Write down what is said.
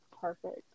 Perfect